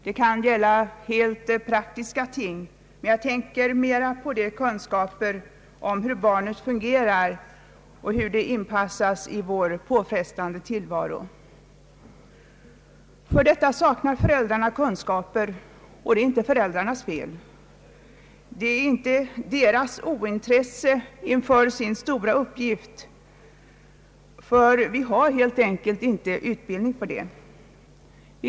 Det kan gälla helt praktiska ting, men jag tänker mera på kunskaper om hur barnet fungerar och hur det anpassas i vår påfrestande tillvaro. För detta saknar föräldrarna kunskaper, och det är inte föräldrarnas fel. Det är inte deras ointresse inför sin stora uppgift, utan vi saknar helt enkelt utbildning på detta område.